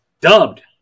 dubbed